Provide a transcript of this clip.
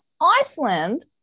Iceland